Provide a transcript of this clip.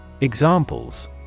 Examples